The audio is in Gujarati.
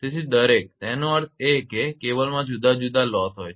તેથી દરેક તેનો અર્થ એ કે કેબલમાં જુદા જુદા લોસ હોય છે